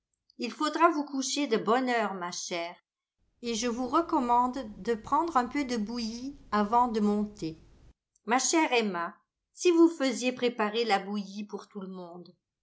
il faudra vous coucher de bonne heure ma chère et je vous recommande de prendre un peu de bouillie ayant de monter ma chère emma si vous faisiez préparer la bouillie pour tout le monde